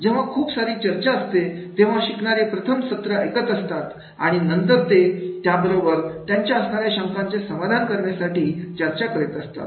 जेव्हा खूप सारी चर्चा असते तेव्हा शिकणारे प्रथम सत्र ऐकत असतात आणि नंतर ते व त्या बरोबर त्यांच्या असणाऱ्या शंकाचे समाधान करण्यासाठी चर्चा करीत असतात